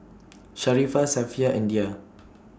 Sharifah Safiya and Dhia